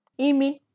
Imi